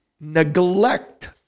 neglect